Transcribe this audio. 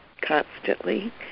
constantly